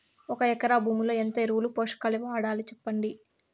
ఒక ఎకరా భూమిలో ఎంత ఎరువులు, పోషకాలు వాడాలి సెప్పండి?